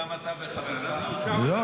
גם אתה וחברך --- לא,